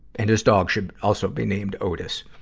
and his dog should also be named otis.